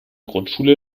grundschule